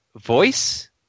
voice